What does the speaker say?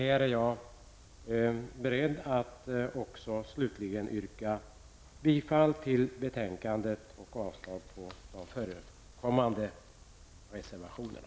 Slutligen vill jag yrka bifall till utskottets hemställan och avslag på de förekommande reservationerna.